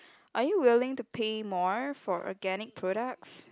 are you willing to pay more for organic products